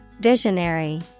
Visionary